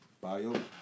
bio